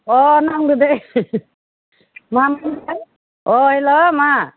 अह नांदों दे मा मोनथाय अह हेल' मा